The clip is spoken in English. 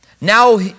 Now